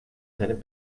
seinem